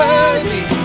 Worthy